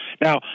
Now